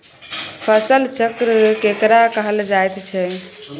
फसल चक्र केकरा कहल जायत छै?